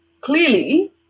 clearly